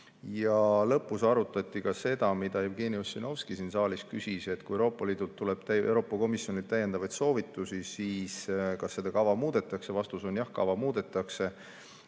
Lõpuks arutati ka seda, mida Jevgeni Ossinovski siin saalis küsis, et kui tuleb Euroopa Komisjonilt täiendavaid soovitusi, siis kas seda kava muudetakse. Vastus on jah, kava muudetakse.